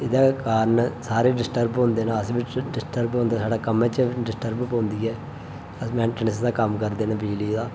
ते एह्दे कारण सारे डिस्टर्ब होंदे न अस बी डिस्टर्ब होंदे स्हाढ़े कम्मै च बी डिस्टर्ब पौंदी ऐ अस मेंटेनेंस दा कम्म करदे न बिजली दा